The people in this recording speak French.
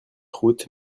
route